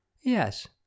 Yes